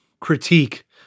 critique